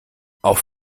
auf